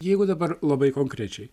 jeigu dabar labai konkrečiai